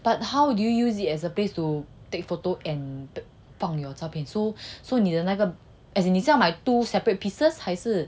but how do you use it as a place to take photo and 放 your 照片 so so 你的那个 as in 你是要买 two separate pieces 还是